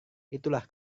itulah